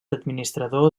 administrador